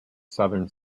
southern